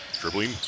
dribbling